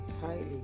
highly